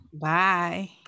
Bye